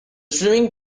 streaming